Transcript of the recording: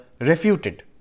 refuted